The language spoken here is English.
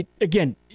Again